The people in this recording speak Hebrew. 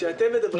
אני אסביר.